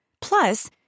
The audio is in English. Plus